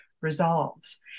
resolves